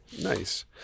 Nice